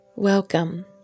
Welcome